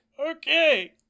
okay